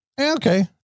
Okay